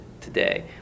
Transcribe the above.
today